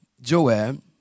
Joab